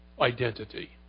identity